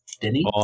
Denny